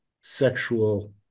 sexual